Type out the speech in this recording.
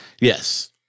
Yes